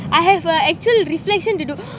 I have a actual reflection to do